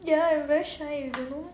ya I very shy you know